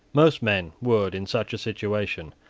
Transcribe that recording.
most men would, in such a situation,